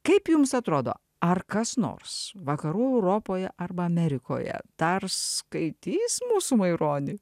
kaip jums atrodo ar kas nors vakarų europoje arba amerikoje dar skaitys mūsų maironį